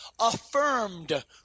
affirmed